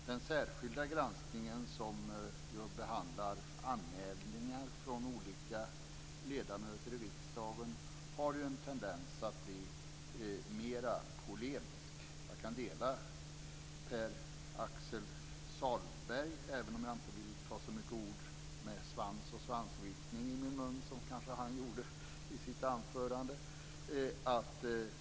Den särskilda granskningen, som behandlar anmälningar från olika ledamöter i riksdagen, har ju en tendens att bli mer polemisk. Jag kan hålla med Pär Axel Sahlberg, även om jag inte vill ta så mycket ord som svans och svansviftning i min mun som han kanske gjorde i sitt anförande.